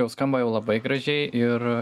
jau skamba jau labai gražiai ir